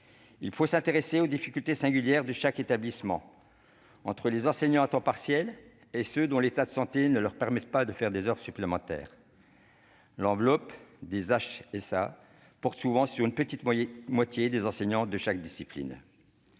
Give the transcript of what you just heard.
Il faut s'intéresser aux difficultés singulières de chaque établissement. Entre les enseignants à temps partiel et ceux dont l'état de santé ne leur permet pas de faire des heures supplémentaires, l'enveloppe des heures supplémentaires annualisées (HSA) porte souvent sur une petite moitié des enseignants de chaque discipline.